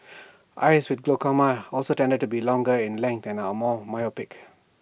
eyes with glaucoma also tended to be longer in length and are more myopic